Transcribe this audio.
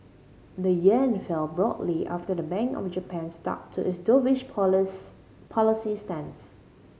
the yen fell broadly after the Bank of Japan stuck to its dovish police policy stance